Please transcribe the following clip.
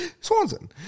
Swanson